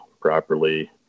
properly